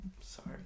sorry